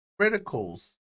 Criticals